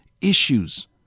issues